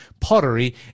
pottery